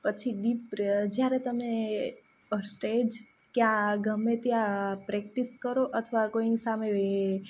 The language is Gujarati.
પછી ડીપ જ્યારે તમે સ્ટેજ કે કયા ગમે ત્યાં પ્રેક્ટિસ કરો અથવા કોઈની સામે